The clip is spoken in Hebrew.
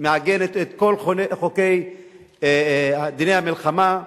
מעגנת את כל דיני המלחמה: